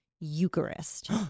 Eucharist